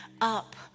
up